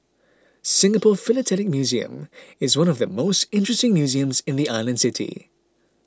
Singapore Philatelic Museum is one of the most interesting museums in the island city